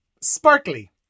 sparkly